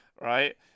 Right